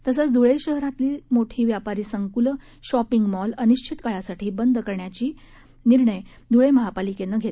तसंच धुळे शहरातील मोठी व्यापारी संकुले शॉपिंग मॉल अनिश्चित काळासाठी बंद करण्याची कारवाई धुळे महापालिकेनं केली आहे